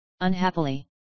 unhappily